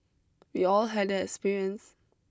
we all had that experience